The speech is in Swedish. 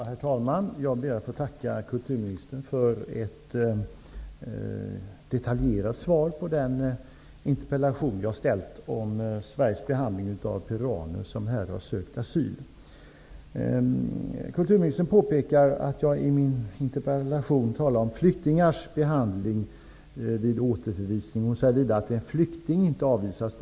Herr talman! Jag ber att få tacka kulturministern för ett detaljerat svar på den interpellation jag ställt om Sveriges behandling av peruaner som har sökt asyl här. Kulturministern påpekar att jag i min interpellation talar om behandling av flyktingar vid återförvisning. Hon säger vidare att en flykting inte avvisas.